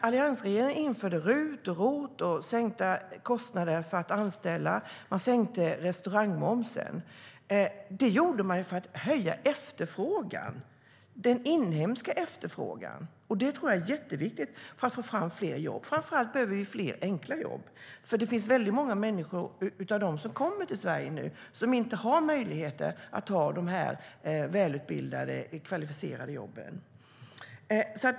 Alliansregeringen införde RUT och ROT, sänkte kostnaderna för att anställa och sänkte restaurangmomsen. Det gjorde man för att höja den inhemska efterfrågan, vilket jag tror är jätteviktigt för att få fram fler jobb. Framför allt behöver vi fler enkla jobb eftersom många av dem som kommer till Sverige inte har möjlighet att ta de mer kvalificerade jobben.